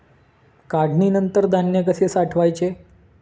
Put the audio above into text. काढणीनंतर धान्य कसे साठवायचे?